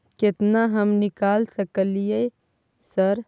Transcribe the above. केतना हम निकाल सकलियै सर?